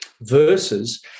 versus